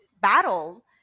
battle